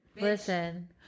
Listen